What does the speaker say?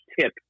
tip